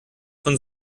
von